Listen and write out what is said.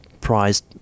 prized